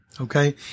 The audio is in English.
Okay